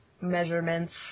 measurements